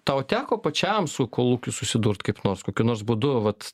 tau teko pačiam su kolūkiu susidurt kaip nors kokiu nors būdu vat